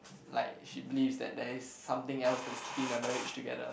like she believes that there is something else that keeping the marriage together